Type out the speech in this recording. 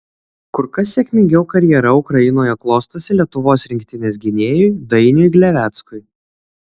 kur kas sėkmingiau karjera ukrainoje klostosi lietuvos rinktinės gynėjui dainiui gleveckui